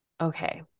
okay